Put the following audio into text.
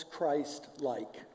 Christ-like